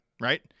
right